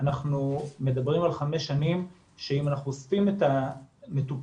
אנחנו מדברים על חמש שנים שאם אנחנו אוספים את המטופלים